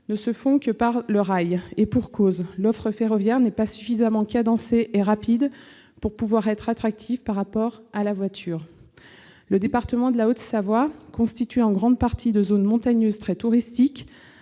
se faisant par le rail. Et pour cause, puisque l'offre ferroviaire n'est pas suffisamment cadencée et rapide pour pouvoir être attractive par rapport à la voiture. Le département de Haute-Savoie, constitué en grande partie de zones montagneuses très touristiques,